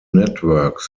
network